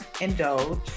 indulge